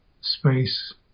space